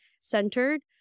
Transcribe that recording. centered